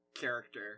Character